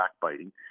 backbiting